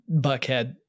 Buckhead